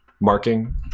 marking